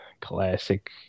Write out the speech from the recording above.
classic